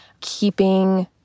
keeping